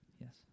Yes